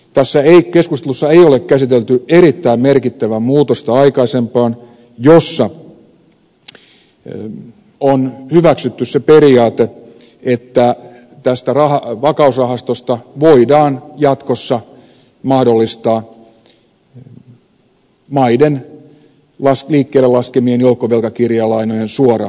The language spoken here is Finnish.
tässä keskustelussa ei ole käsitelty sitä erittäin merkittävää muutosta aikaisempaan että on hyväksytty se periaate että tästä vakausrahastosta voidaan jatkossa mahdollistaa maiden liikkeellelaskemien joukkovelkakirjalainojen suora ostaminen